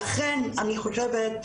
לכן אני חושבת,